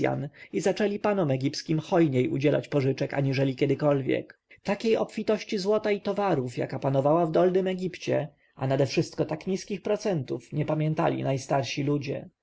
i zaczęli panom egipskim hojniej udzielać pożyczek aniżeli kiedykolwiek takiej obfitości złota i towarów jaka panowała w dolnym egipcie a nadewszystko tak małych procentów nie pamiętali najstarsi ludzie